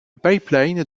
pipeline